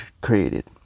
created